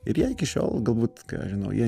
ir jie iki šiol galbūt ką aš žinau jie